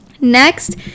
Next